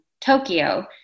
Tokyo